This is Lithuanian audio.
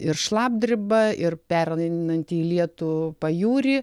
ir šlapdriba ir pereinanti į lietų pajūry